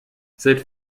seit